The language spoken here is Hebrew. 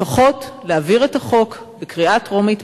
לפחות להעביר את החוק בקריאה טרומית,